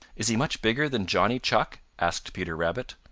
is he much bigger than johnny chuck? asked peter rabbit.